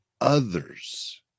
others